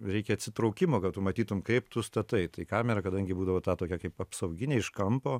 reikia atsitraukimo kad tu matytum kaip tu statai tai kamera kadangi būdavo ta tokia kaip apsauginė iš kampo